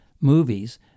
movies